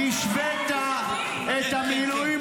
תבדקי את הסרט.